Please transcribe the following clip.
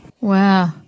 Wow